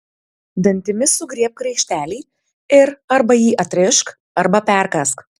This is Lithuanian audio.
dantimis sugriebk raištelį ir arba jį atrišk arba perkąsk